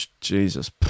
Jesus